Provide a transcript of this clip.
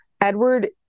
Edward